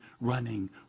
running